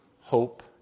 hope